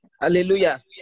Hallelujah